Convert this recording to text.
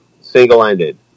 single-ended